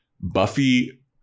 Buffy